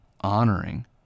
honoring